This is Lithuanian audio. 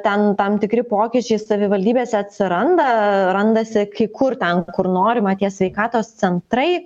ten tam tikri pokyčiai savivaldybėse atsiranda randasi kai kur ten kur norima tie sveikatos centrai